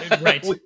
Right